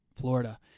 Florida